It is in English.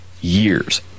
years